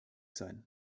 sein